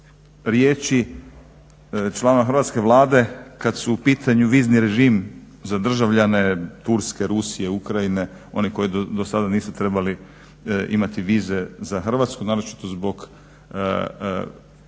riječi članova Hrvatske vlade kad su u pitanju vizni režim za državljane Turske, Rusije, Ukrajine, one koji dosada nisu trebali imati vize za Hrvatsku naročito zbog turističkih